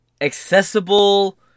accessible